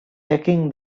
taking